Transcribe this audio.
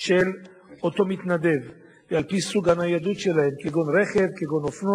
שהוא לוקח את הסוגיה לטיפולו בשנים האחרונות.